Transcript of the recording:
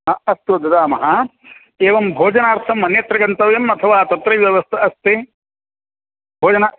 अ अस्तु दद्मः एवं भोजनार्थम् अन्यत्र गन्तव्यम् अथवा तत्रैव व्यवस्था अस्ति भोजनं